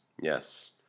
Yes